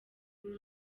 uru